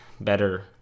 better